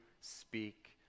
speak